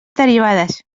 derivades